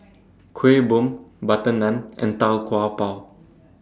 Kuih Bom Butter Naan and Tau Kwa Pau